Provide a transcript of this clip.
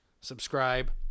subscribe